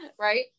right